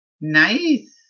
Nice